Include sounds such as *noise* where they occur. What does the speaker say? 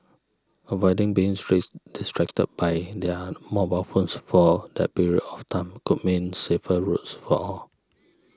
avoiding being *unintelligible* distracted by their mobile phones for that period of time could mean safer roads for all